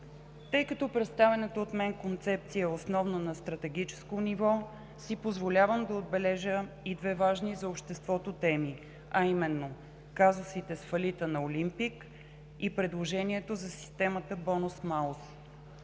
Тъй като представената от мен концепция е основно на стратегическо ниво, си позволявам да отбележа и две важни за обществото теми, а именно: казусите с фалита на „Олимпик“ и предложението за системата „бонус-малус“.